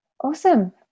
awesome